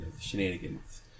shenanigans